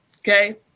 Okay